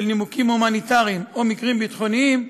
בשל נימוקים הומניטריים או מקרים ביטחוניים,